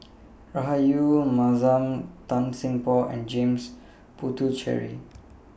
Rahayu Mahzam Tan Seng Poh and James Puthucheary